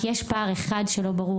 כי יש פער אחד שעדיין לא ברור,